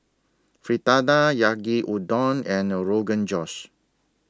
Fritada Yaki Udon and Rogan Josh